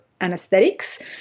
anesthetics